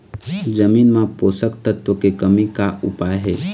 जमीन म पोषकतत्व के कमी का उपाय हे?